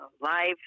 live